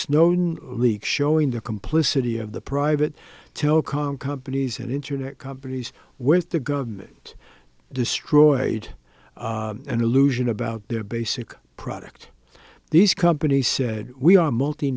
snowden leaks showing the complicity of the private telecom companies and internet companies with the gun it destroyed an illusion about their basic product these companies said we are multi